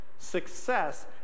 Success